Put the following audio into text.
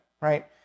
right